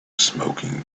smoking